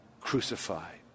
crucified